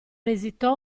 esitò